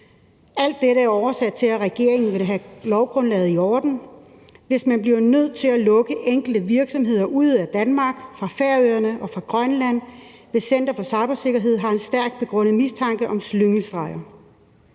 Alt dette er årsag til, at regeringen vil have lovgrundlaget i orden, hvis man bliver nødt til at lukke enkelte virksomheder ude af Danmark, Færøerne og Grønland, hvis Center for Cybersikkerhed har en stærk begrundet mistanke om slyngelstreger.